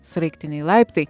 sraigtiniai laiptai